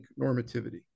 normativity